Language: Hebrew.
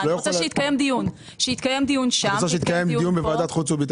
שיתקיים דיון שם, שיתקיים דיון פה.